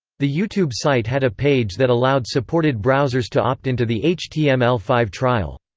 the youtube site had a page that allowed supported browsers to opt into the h t m l five trial.